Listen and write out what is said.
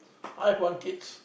I have one kids